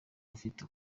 ufite